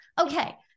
Okay